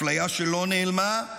אפליה שלא נעלמה,